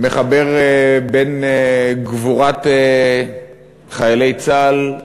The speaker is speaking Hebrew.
מחבר בין גבורת חיילי צה"ל,